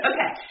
Okay